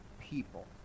people